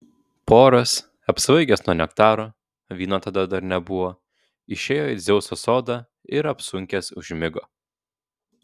poras apsvaigęs nuo nektaro vyno tada dar nebuvo išėjo į dzeuso sodą ir apsunkęs užmigo